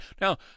now